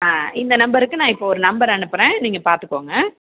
ஆ இந்த நம்பருக்கு நான் இப்போ ஒரு நம்பர் அனுப்புகிறேன் நீங்கள் பார்த்துக்கோங்க